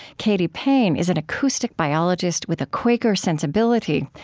katy payne is an acoustic biologist with a quaker sensibility,